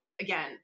again